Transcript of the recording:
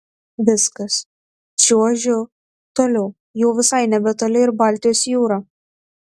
viskas čiuožiu toliau jau visai nebetoli ir baltijos jūra